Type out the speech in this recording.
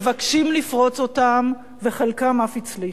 מבקשים לפרוץ אותן, וחלקם אף הצליחו.